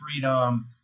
freedom